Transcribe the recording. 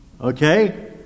Okay